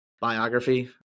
biography